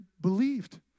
believed